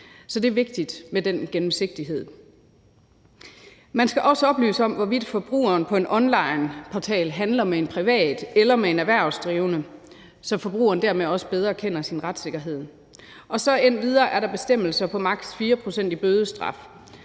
Så det er vigtigt med den gennemsigtighed. Man skal også oplyse om, hvorvidt forbrugeren på en onlineportal handler med en privat eller med en erhvervsdrivende, så forbrugeren dermed også bedre kender sin retssikkerhed. Endvidere er der bestemmelse om maks. 4 pct. i bødestraf